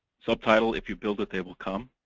subtitle, if you build it, they will come.